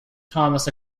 thomas